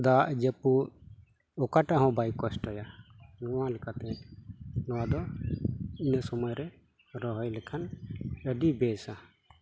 ᱫᱟᱜ ᱡᱟᱹᱯᱩᱫ ᱚᱠᱟᱴᱟᱜ ᱦᱚᱸ ᱵᱟᱭ ᱠᱚᱥᱴᱚᱭᱟ ᱱᱚᱣᱟ ᱞᱮᱠᱟᱛᱮ ᱱᱚᱣᱟ ᱫᱚ ᱤᱱᱟᱹ ᱥᱚᱢᱚᱭ ᱨᱮ ᱨᱚᱦᱚᱭ ᱞᱮᱠᱷᱟᱱ ᱟᱹᱰᱤ ᱵᱮᱥᱟ